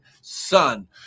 son